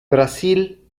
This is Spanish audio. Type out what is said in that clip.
brasil